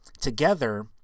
together